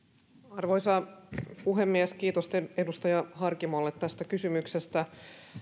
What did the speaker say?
arvoisa puhemies kiitos edustaja harkimolle tästä kysymyksestä